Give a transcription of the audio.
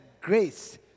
grace